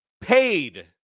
paid